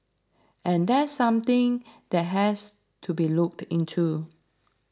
and that's something that has to be looked into